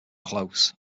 close